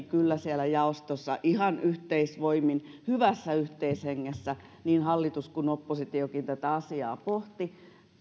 kyllä siellä jaostossa ihan yhteisvoimin hyvässä yhteishengessä niin hallitus kuin oppositiokin pohtivat